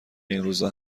اینروزا